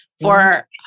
for-